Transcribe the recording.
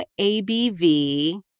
ABV